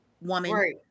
woman